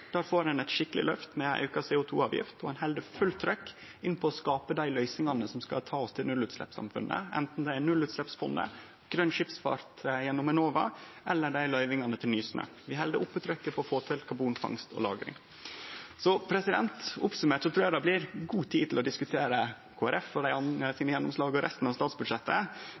Ein får eit skikkeleg løft med auka CO 2 -avgift, og ein held fullt trykk på å skape dei løysingane som skal ta oss til nullutsleppssamfunnet, anten det er Nullutsleppsfondet, grøn skipsfart gjennom Enova eller løyvingane til Nysnø. Vi held oppe trykket for å få til karbonfangst og -lagring. Oppsummert trur eg det blir god tid til å diskutere gjennomslaga til Kristeleg Folkeparti og dei andre og resten av statsbudsjettet,